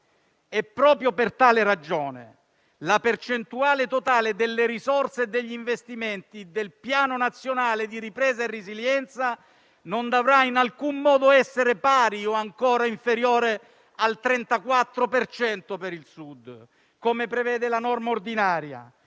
Proprio per tale ragione, la percentuale totale delle risorse e degli investimenti del Piano nazionale di ripresa e resilienza non dovrà in alcun modo essere pari o inferiore al 34 per cento per il Sud, come prevede la norma ordinaria,